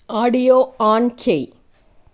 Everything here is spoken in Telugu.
ఆడియో ఆన్ చెయ్యి